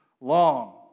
long